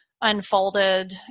unfolded